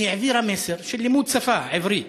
כי היא העבירה מסר של לימוד שפה, עברית,